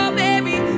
baby